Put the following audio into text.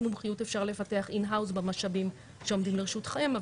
מומחיות אפשר לפתח in house במשאבים שעומדים לרשותכם,